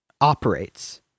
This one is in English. operates